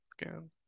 again